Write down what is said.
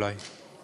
אולי.